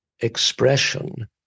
expression